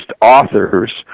authors